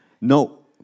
No